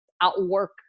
outwork